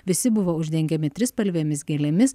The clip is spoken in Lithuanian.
visi buvo uždengiami trispalvėmis gėlėmis